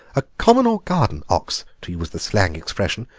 a common or garden ox, to use the slang expression.